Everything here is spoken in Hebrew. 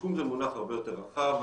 שיקום זה מונח הרבה יותר רחב.